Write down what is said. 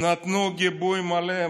נתנו גיבוי מלא.